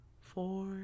four